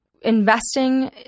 investing